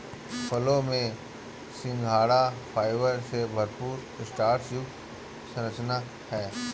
फलों में सिंघाड़ा फाइबर से भरपूर स्टार्च युक्त संरचना है